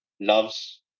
loves